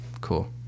Cool